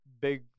big